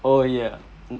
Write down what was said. oh yeah